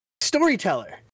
storyteller